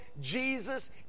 Jesus